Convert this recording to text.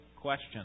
question